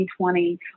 2020